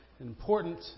important